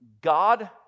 God